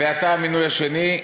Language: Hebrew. ואתה המינוי השני.